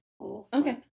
okay